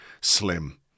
slim